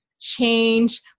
change